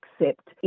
accept